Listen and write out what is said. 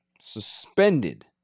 suspended